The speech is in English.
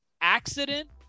accident